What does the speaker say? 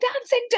dancing